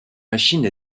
machine